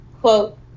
quote